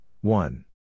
one